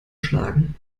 schlagen